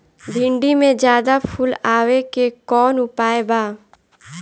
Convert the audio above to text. भिन्डी में ज्यादा फुल आवे के कौन उपाय बा?